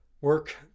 Work